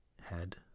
head